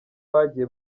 bagiye